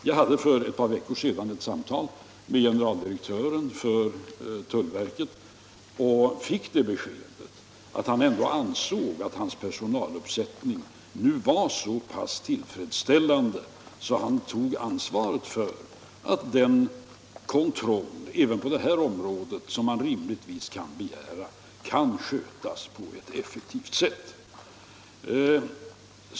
Jag hade för ett par veckor sedan ett samtal med generaldirektören för tullverket och fick det beskedet, att han ändå ansåg att hans personaluppsättning nu var så pass tillfredsställande att han tog ansvaret för att den kontroll som man rimligtvis kan begära även på det här området kan skötas på ett effektivt sätt.